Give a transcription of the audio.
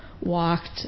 walked